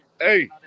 Hey